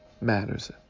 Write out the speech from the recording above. matters